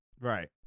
right